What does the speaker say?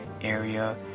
area